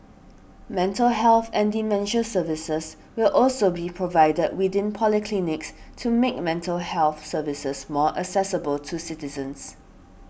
mental health and dementia services will also be provided within polyclinics to make mental health services more accessible to citizens